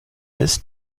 ist